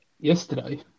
yesterday